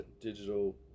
digital